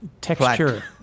texture